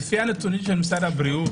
לפי נתוני משרד הבריאות,